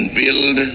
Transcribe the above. build